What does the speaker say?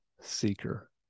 seeker